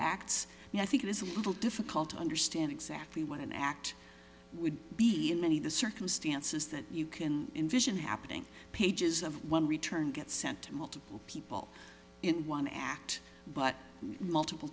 acts i think it is a little difficult to understand exactly what an act would be in many the circumstances that you can envision happening pages of one return get sent to multiple people in one act but multiple